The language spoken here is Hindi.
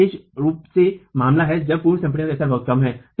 यह विशेष रूप से मामला है जब पूर्व संपीड़न का स्तर बहुत कम है